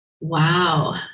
wow